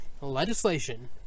legislation